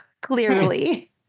clearly